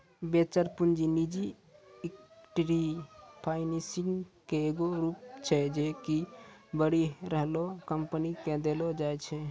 venture पूंजी निजी equity financing के एगो रूप छै जे कि बढ़ि रहलो कंपनी के देलो जाय छै